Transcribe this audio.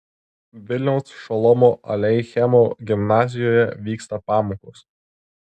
vilniaus šolomo aleichemo gimnazijoje vyksta pamokos